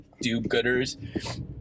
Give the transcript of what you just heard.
do-gooders